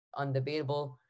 undebatable